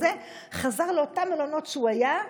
הוא חזר לאותם מלונות שהוא היה בהם.